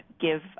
give